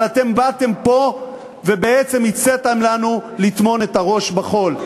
אבל אתם באתם לפה ובעצם הצעתם לנו לטמון את הראש בחול,